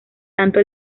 tanto